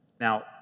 Now